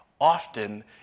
often